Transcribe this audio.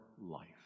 life